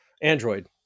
Android